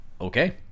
Okay